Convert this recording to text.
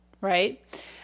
right